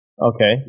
Okay